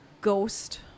ghost